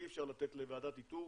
אי אפשר לתת לוועדת איתור